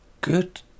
good